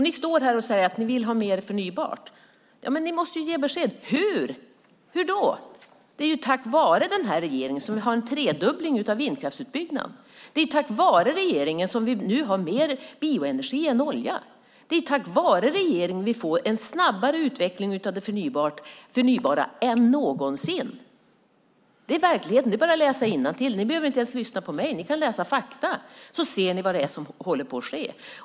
Ni står här och säger att ni vill ha mer förnybart. Ja, men ni måste ju ge besked om hur. Det är tack vare den här regeringen som vi har en tredubbling av vindkraftsutbyggnaden. Det är tack vare regeringen som vi nu har mer bioenergi än olja. Det är tack vare regeringen som vi får en snabbare utveckling av det förnybara än någonsin. Det är verkligheten. Det är bara att läsa innantill. Ni behöver inte ens lyssna på mig. Ni kan läsa fakta, så ser ni vad det är som håller på att ske.